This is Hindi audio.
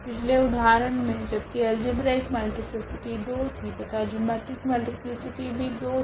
पिछले उदाहरण मे जबकि अल्जेब्रिक मल्टीप्लीसिटी 2 थी तथा जिओमेट्रिक मल्टीप्लीसिटी भी 2 थी